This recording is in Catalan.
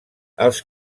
els